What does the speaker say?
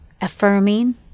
affirming